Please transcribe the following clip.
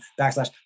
backslash